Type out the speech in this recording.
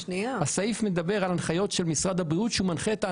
הסעיף מדבר על הנחיות של משרד הבריאות שמנחה את האנשים.